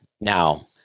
Now